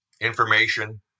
information